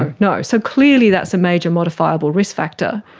ah no. so clearly that's a major modifiable risk factor.